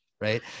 Right